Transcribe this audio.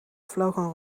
vlogen